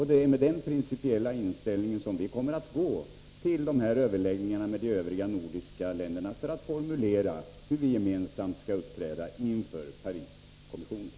Det är med den principiella inställningen vi kommer att gå till överläggningarna med de övriga nordiska länderna för att formulera hur vi gemensamt skall uppträda inför Pariskommissionen.